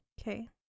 Okay